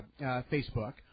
Facebook